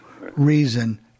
reason